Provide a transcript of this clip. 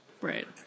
right